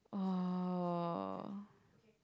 !wow!